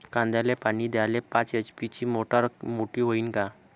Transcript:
कांद्याले पानी द्याले पाच एच.पी ची मोटार मोटी व्हईन का?